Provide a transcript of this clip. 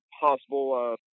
possible